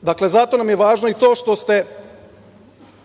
Dakle, zato nam je važno i to što ste